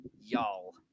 Y'all